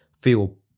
feel